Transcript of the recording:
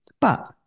But-